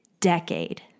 decade